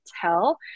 tell